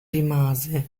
rimase